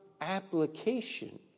application